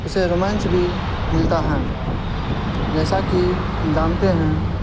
اسے رومینس بھی ملتا ہیں جیسا کہ ہم جاتنے ہیں